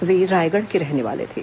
वे रायगढ़ के रहने वाले थे